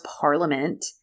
Parliament